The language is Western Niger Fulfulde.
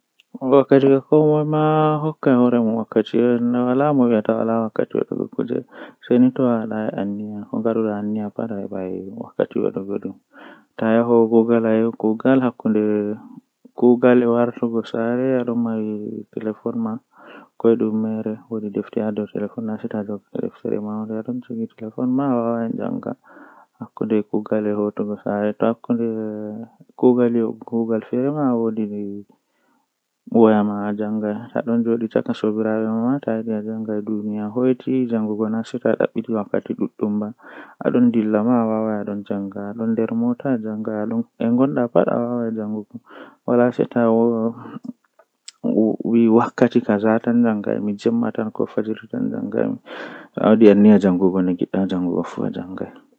Eh mi tokkan hilnaago himɓe on mi yecca be nda ko fe'ata jango miviyaɓe huunde niinini ɗo wawan fe'a jango eh wawan bo mi tefira ceede be man ngam mi arti mi andi ko fe'ata jango, Hilnan ɓe masin.